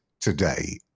today